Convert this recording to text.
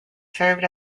served